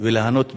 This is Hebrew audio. וליהנות ממנו,